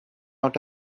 out